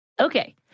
Okay